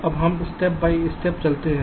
अब हम step by step चलते हैं